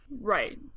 Right